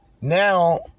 Now